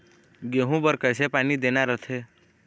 गेहूं बर कइसे पानी देना रथे?